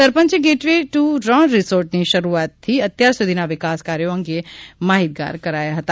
સરપંચે gateway to Rann resort ની શરૂઆતથી અત્યાર સુધીના વિકાસ કાર્યો અંગે માહિતગાર કરાયા હતા